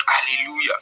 Hallelujah